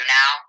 now